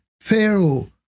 Pharaoh